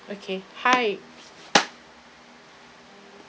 okay hi